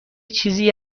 چیزی